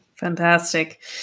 Fantastic